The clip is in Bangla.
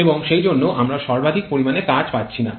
এবং সেইজন্য আমরা সর্বাধিক পরিমাণে কাজ পাচ্ছি না